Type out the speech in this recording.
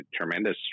tremendous